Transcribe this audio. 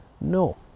no